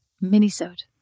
mini-sode